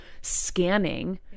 scanning